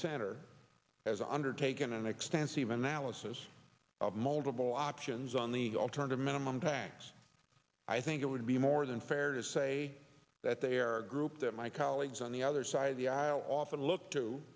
center has undertaken an extensive analysis of multiple options on the alternative minimum tax i think it would be more than fair to say that they are a group that my colleagues on the other side of the aisle often look to